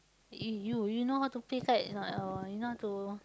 eh you you know how to play kite or not oh you know how to